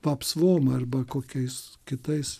vapsvom arba kokiais kitais